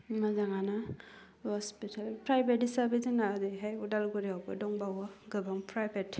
मोजाङानो hospital private हिसाबै जोंहा ओरैहाय अदालगुरियावबो दंबावो गोबां प्राइभेट